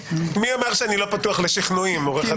מי אמר שאני לא פתוח לשכנועים, עורך הדין שפטל?